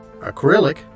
acrylic